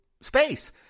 space